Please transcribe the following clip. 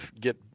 get